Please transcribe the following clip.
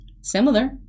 Similar